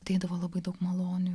ateidavo labai daug malonių